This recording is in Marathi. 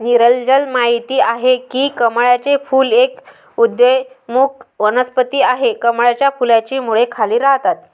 नीरजल माहित आहे की कमळाचे फूल एक उदयोन्मुख वनस्पती आहे, कमळाच्या फुलाची मुळे खाली राहतात